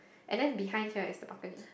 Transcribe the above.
and then behind here is the balcony